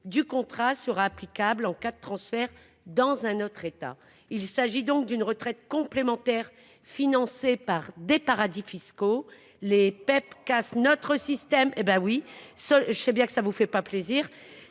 du contrat sera applicable en cas de transfert dans un autre État. Il s'agit donc d'une retraite complémentaire financée par des paradis fiscaux, les PEP cassent notre système. Hé ben oui. Seul, je sais bien que ça vous fait pas plaisir.